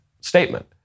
statement